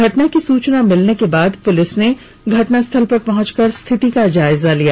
घटना की सूचना मिलने के बाद पुलिस ने घटना स्थल पर पहुंचकर स्थिति का जायजा लिया